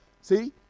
See